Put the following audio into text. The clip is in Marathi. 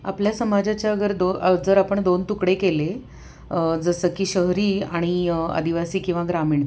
आपल्या समाजाच्या अगर दो जर आपण दोन तुकडे केले जसं की शहरी आणि आदिवासी किंवा ग्रामीण